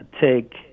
take